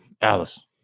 Alice